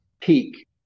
peak